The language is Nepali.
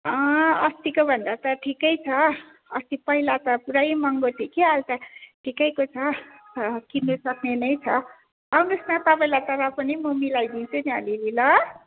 अस्तिको भन्दा त ठिकै छ अस्ति पहिला त पुरै महँगो थियो कि अहिले त ठिकैको छ र किन्नु सक्ने नै छ आउनोस् न तपाईँलाई त र पनि म मिलाइदिन्छु नि अलिअलि ल